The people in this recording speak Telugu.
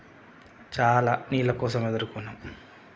చాలా నీళ్ళ కోసం ఎదుర్కున్నాం